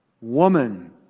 Woman